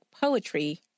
poetry